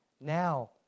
now